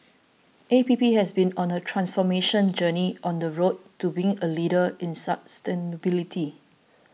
A P P has been on a transformation journey on the road to being a leader in sustainability